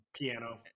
piano